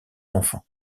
enfants